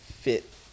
Fit